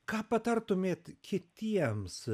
ką patartumėte kitiems